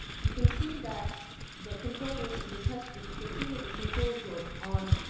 you can see that the control versus the test group, you can see that the control group on,